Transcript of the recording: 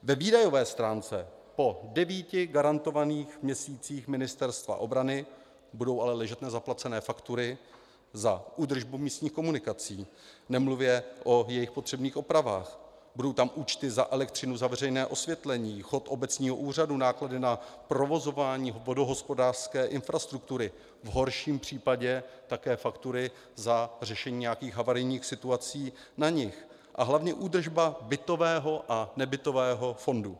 Ve výdajové stránce po devíti garantovaných měsících Ministerstva obrany budou ale ležet nezaplacené faktury za údržbu místních komunikací, nemluvě o jejich potřebných opravách, budou tam účty za elektřinu za veřejné osvětlení, chod obecního úřadu, náklady na provozování vodohospodářské infrastruktury, v horším případě také faktury za řešení nějakých havarijních situací na nich a hlavně údržba bytového a nebytového fondu.